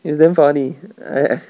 it's damn funny I